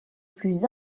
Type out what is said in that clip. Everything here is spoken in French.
plus